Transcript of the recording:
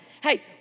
hey